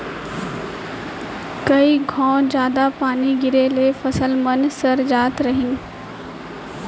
कई घौं जादा पानी गिरे ले फसल मन सर जात रहिन